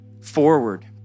forward